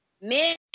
men